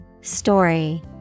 Story